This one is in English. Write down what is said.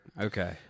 Okay